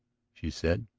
she said.